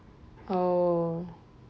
oh